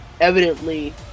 evidently